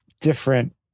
different